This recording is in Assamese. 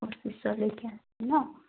পচিছৰলৈকে ন